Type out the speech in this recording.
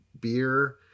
beer